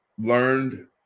learned